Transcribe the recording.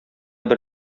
бер